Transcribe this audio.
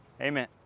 Amen